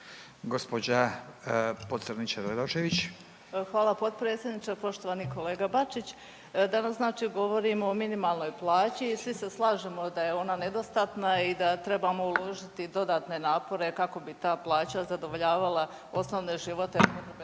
Anita (HDZ)** Hvala, potpredsjedniče. Poštovani kolega Bačić, danas znači govorimo o minimalnoj plaći i svi slažemo da je ona nedostatna i da trebamo uložiti dodatne napore kako bi ta plaća zadovoljavala osnovne životne